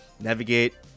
navigate